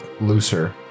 looser